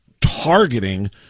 targeting